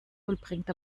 vollbringt